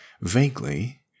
vaguely